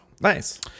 nice